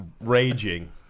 raging